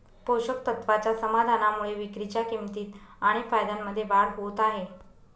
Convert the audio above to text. पोषक तत्वाच्या समाधानामुळे विक्रीच्या किंमतीत आणि फायद्यामध्ये वाढ होत आहे